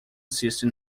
system